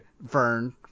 Vern